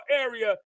area